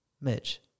Mitch